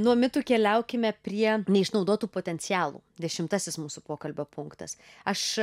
nuo mitų keliaukime prie neišnaudotų potencialų dešimtasis mūsų pokalbio punktas aš